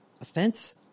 offense